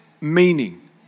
meaning